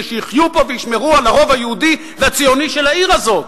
שיחיו פה וישמרו על הרוב היהודי והציוני של העיר הזאת,